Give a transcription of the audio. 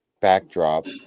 backdrop